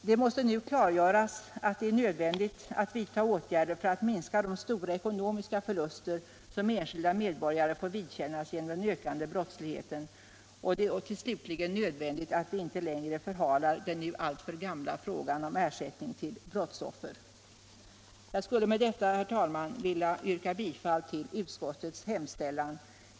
Det måste nu klargöras att det är nödvändigt att vidta åtgärder för att minska de stora ekonomiska förluster som enskilda medborgare får vidkännas genom den ökande brottsligheten. Det är slutligen nödvändigt att vi nu inte längre förhalar den alltför gamla frågan om ersättning till brottsoffer. Jag vill med detta, herr talman, yrka bifall till utskottets hemställan.